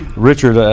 richard, ah